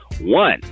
One